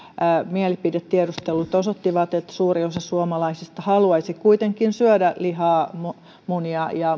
mielipidetiedustelut osoittivat että suuri osa suomalaisista haluaisi kuitenkin syödä lihaa munia ja